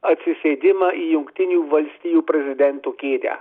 atsisėdimą į jungtinių valstijų prezidento kėdę